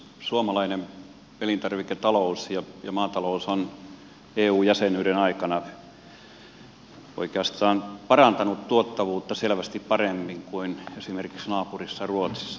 suomalainen elintarviketalous ja maatalous on eu jäsenyyden aikana oikeastaan parantanut tuottavuutta selvästi paremmin kuin esimerkiksi naapurissa ruotsissa